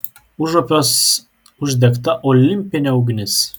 užupiuos uždegta olimpinė ugnis